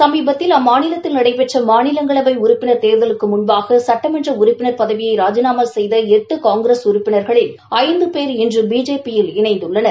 சுமீபத்தில் அம்மாநிலத்தில் நடைபெற்ற மாநிலங்களவை உறுப்பினா் தேர்தலுக்கு முன்பாக சட்டமன்ற உறப்பினர் பதவியை ராஜிநாமா செய்த எட்டு காங்கிரஸ் உறப்பினர்களில் ஐந்து பேர் இன்று பிஜேபி யில் இணைந்துள்ளனர்